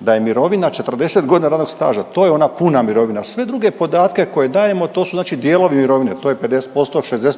da je mirovina 40 godina radnog staža, to je ona puna mirovina, sve druge podatke koje dajemo to su znači dijelovi mirovine to je 50%,